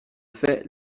fait